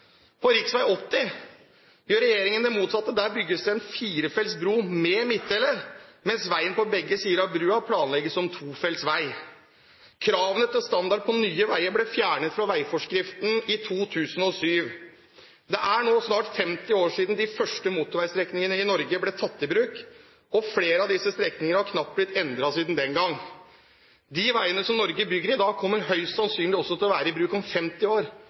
På rv. 80 gjør regjeringen det motsatte. Der bygges det en firefelts bro med midtdelere, mens veien på begge sider av broen planlegges som tofelts vei. Kravene til standard på nye veier ble fjernet fra veiforskriften i 2007. Det er nå snart 50 år siden de første motorveistrekningene i Norge ble tatt i bruk, og flere av disse strekningene har knapt blitt endret siden den gang. De veiene som Norge bygger i dag, kommer høyst sannsynlig også til å være i bruk om 50 år.